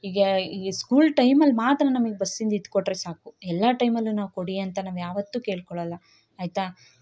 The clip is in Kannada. ಈಗ ಈಗ ಸ್ಕೂಲ್ ಟೈಮಲ್ಲಿ ಮಾತ್ರ ನಮಗ್ ಬಸ್ಸಿಂದು ಇದು ಕೊಟ್ಟರೆ ಸಾಕು ಎಲ್ಲ ಟೈಮಲ್ಲು ನಾವು ಕೊಡಿ ಅಂತ ನಾವು ಯಾವತ್ತು ಕೇಳ್ಕೊಳಲ್ಲ ಆಯ್ತಾ